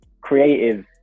creative